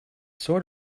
sort